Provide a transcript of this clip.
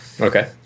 Okay